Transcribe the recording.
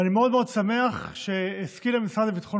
ואני מאוד מאוד שמח שהשכיל המשרד לביטחון